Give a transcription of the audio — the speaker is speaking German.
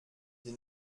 sie